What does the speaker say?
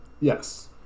Yes